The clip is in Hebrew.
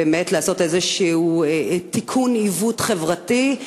לתקן עיוות חברתי.